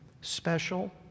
special